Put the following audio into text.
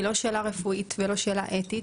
היא לא שאלה רפואית ולא רפואה אתית,